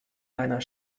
deiner